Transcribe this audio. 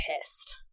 pissed